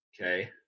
Okay